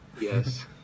Yes